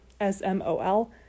S-M-O-L